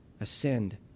ascend